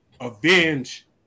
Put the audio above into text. avenge